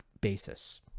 basis